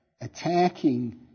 attacking